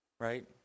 right